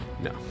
no